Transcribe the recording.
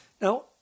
now